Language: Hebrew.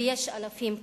ויש אלפים כאלה.